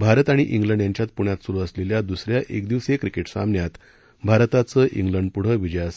भारत आणि इंग्लंड यांच्यात प्ण्यात सुरु असलेल्या दुसऱ्या एकदिवसीय क्रिकेट सामन्यात भारताचं इंग्लंडपुढं विजयासाठी